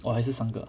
or 还是三个